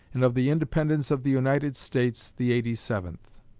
and of the independence of the united states the eighty-seventh.